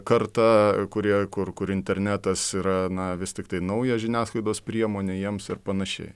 karta kurie kur kur internetas yra na vis tiktai nauja žiniasklaidos priemonė jiems ir panašiai